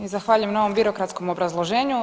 I zahvaljujem na ovom birokratskom obrazloženju.